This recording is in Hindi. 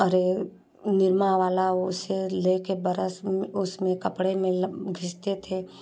अरे निरमा वाला उसे लेके बरस उसमें कपड़े में घिसते थे